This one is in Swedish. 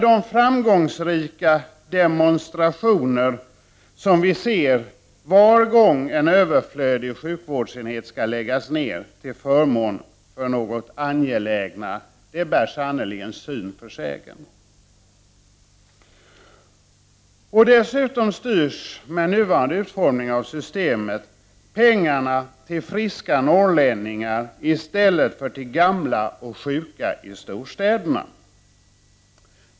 De framgångsrika demonstrationer som vi ser varje gång en överflödig sjukvårdsenhet skall läggas ned till förmån för något angelägnare bär sannerligen syn för sägen. Dessutom styrs, med nuvarande utformning av systemet, pengarna till friska norrlänningar i stället för till gamla och sjuka i storstäderna.